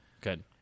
Good